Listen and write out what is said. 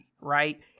right